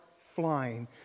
flying